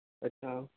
अच्छा